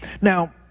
Now